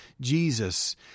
Jesus